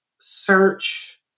search